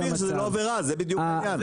צריך להבהיר שזו לא עבירה, זה בדיוק העניין.